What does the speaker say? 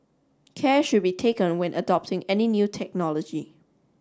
care should be taken when adopting any new technology